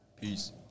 Peace